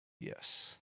Yes